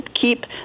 keep